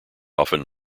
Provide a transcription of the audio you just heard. often